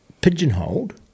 pigeonholed